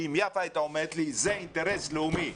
כי אם יפה הייתה אומרת לי זה אינטרס לאומי,